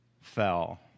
fell